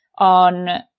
On